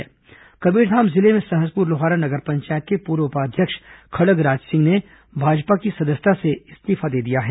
कबीरधाम जिले में सहसपुर लोहारा नगर पंचायत के पूर्व उपाध्यक्ष खड़ग राजसिंह ने भाजपा की सदस्यता से इस्तीफा दे दिया है